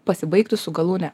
pasibaigtų su galūne